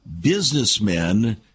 businessmen